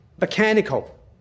mechanical